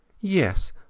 Yes